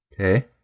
Okay